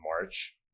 March